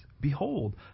Behold